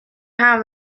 have